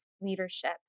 leadership